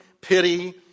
pity